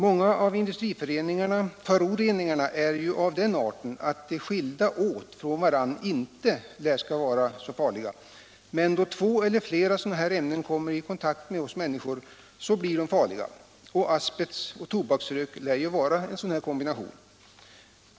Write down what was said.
Många av industriföroreningarna är ju av den arten att de skilda från varandra inte lär vara så farliga, men då två eller flera sådana ämnen kommer i kontakt med oss människor blir de det. Asbest och tobaksrökning lär ju vara en sådan kombination.